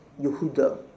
Yehuda